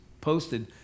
posted